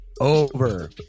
over